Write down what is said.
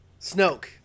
Snoke